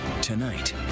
tonight